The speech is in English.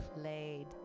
played